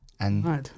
Right